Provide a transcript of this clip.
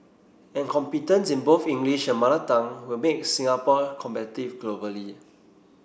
and competence in both English and Mother Tongue will make Singapore competitive globally